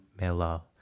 Mela